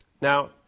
Now